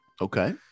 Okay